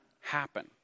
happen